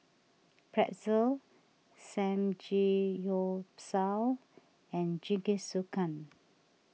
Pretzel Samgeyopsal and Jingisukan